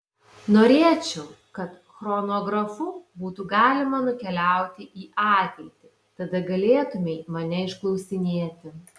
norėčiau kad chronografu būtų galima nukeliauti į ateitį tada galėtumei mane išklausinėti